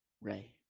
Ray